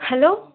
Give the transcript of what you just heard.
hello